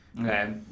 Okay